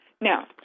Now